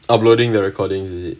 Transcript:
uploading the recording is it